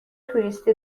توریستی